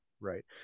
right